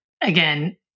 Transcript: again